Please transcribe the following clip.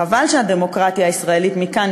חבל שהדמוקרטיה הישראלית לא הוציאה מכאן,